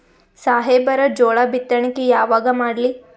ಸಾಹೇಬರ ಜೋಳ ಬಿತ್ತಣಿಕಿ ಯಾವಾಗ ಮಾಡ್ಲಿ?